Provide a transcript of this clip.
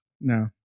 No